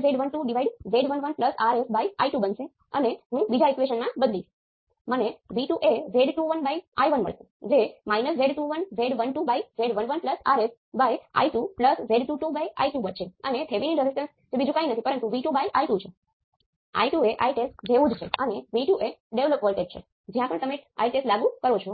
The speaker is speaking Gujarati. રેસિપ્રોકલ બનાવી શકો છો